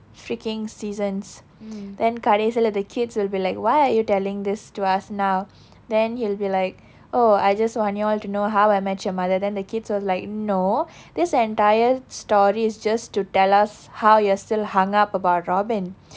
freaking seasons then கடைசில:kadaisila the kids will be like why are you telling this to us now then he'll be like oh I just want y'all to know how I met your mother than the kids will be like no this entire story is just to tell us how you are still hung up about robin